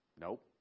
Nope